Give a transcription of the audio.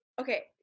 Okay